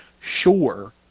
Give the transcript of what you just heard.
sure